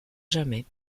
jamais